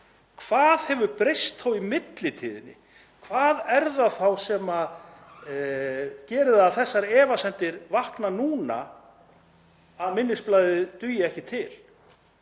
Hvað hefur breyst í millitíðinni? Hvað er það þá sem gerir það að verkum að þessar efasemdir vakna núna um að minnisblaðið dugi ekki til?